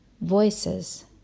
voices